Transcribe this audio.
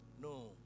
No